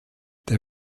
der